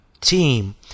team